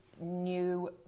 new